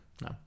No